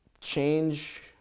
change